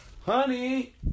Honey